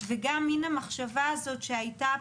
שזה גם מן המחשבה הזאת שהייתה פעם,